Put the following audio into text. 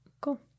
Cool